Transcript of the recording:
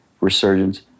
resurgence